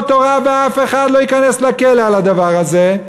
תורה ואף אחד לא ייכנס לכלא על הדבר הזה.